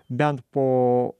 bent po